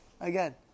again